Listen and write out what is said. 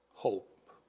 hope